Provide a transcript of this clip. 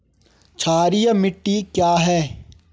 क्षारीय मिट्टी क्या है?